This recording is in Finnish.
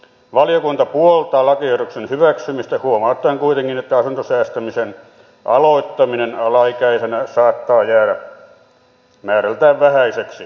valiokunta puoltaa lakiehdotuksen hyväksymistä huomauttaen kuitenkin että asuntosäästämisen aloittaminen alaikäisenä saattaa jäädä määrältään vähäiseksi